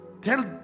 tell